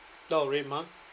oh redmart